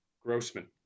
Grossman